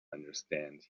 understand